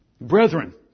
Brethren